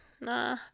nah